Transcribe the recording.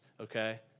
okay